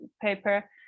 paper